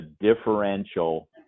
differential